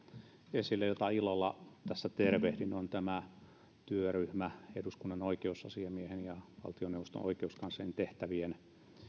jota ilolla tässä tervehdin ja se on työryhmä eduskunnan oikeusasiamiehen ja valtioneuvoston oikeuskanslerin tehtävien